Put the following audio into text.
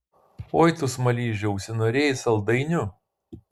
oi tu smaližiau užsinorėjai saldainių